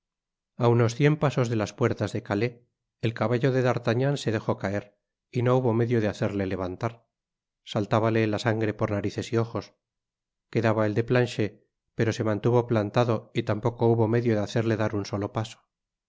a unos cien pasos de las puertas de calais el caballo de d'artagnan se dejó caer y no hubo medio de hacerle levantar saltábale la sangre por narices y ojos quedaba el de planchet pero se mantuvo plantado y tampoco hubo medio de hacerle dar un solo paso